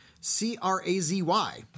C-R-A-Z-Y